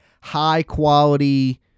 high-quality